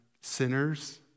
sinners